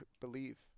believe